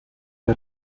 que